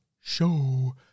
show